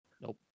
Nope